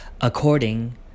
according